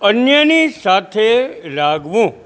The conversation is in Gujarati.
અન્યની સાથે લાગવું